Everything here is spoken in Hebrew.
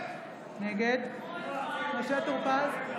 נגד משה טור פז,